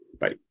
Bye